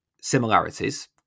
similarities